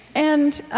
and